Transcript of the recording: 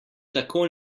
tako